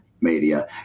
media